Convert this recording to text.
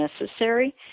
necessary